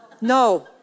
No